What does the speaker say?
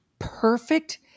perfect